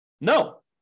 No